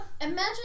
Imagine